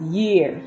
year